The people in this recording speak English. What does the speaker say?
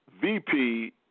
VP